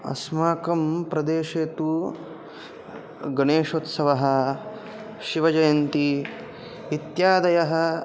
अस्माकं प्रदेशे तु गणेशोत्सवः शिवजयन्ती इत्यादयः